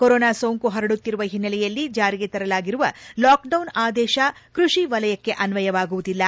corona ಸೋಂಕು ಪರಡುತ್ತಿರುವ ಹಿನ್ನೆಲೆಯಲ್ಲಿ ಜಾರಿಗೆ ತರಲಾಗಿರುವ ಲಾಕ್ಡೌನ್ ಆದೇಶ ಕೃಷಿ ವಲಯಕ್ಕೆ ಅನ್ವಯವಾಗುವುದಿಲ್ಲ